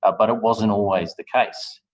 ah but it wasn't always the case.